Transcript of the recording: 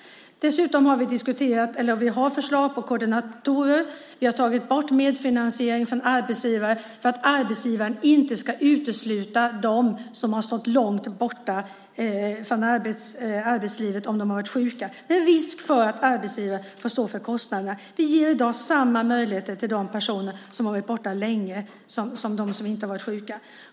Vi har förslag på koordinatorer. Vi har tagit bort medfinansieringen för arbetsgivare så att arbetsgivare inte ska utesluta dem som har stått långt borta från arbetslivet på grund av sjukdom - med risk för att arbetsgivare ska stå för kostnaderna. Vi ger i dag samma möjligheter till de personer som har varit borta länge som de som inte har varit sjuka.